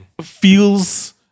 feels